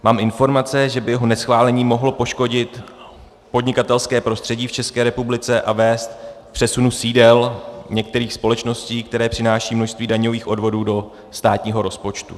Mám informace, že by jeho neschválení mohlo poškodit podnikatelské prostředí v České republice a vést k přesunu sídel některých společností, které přinášejí množství daňových odvodů do státního rozpočtu.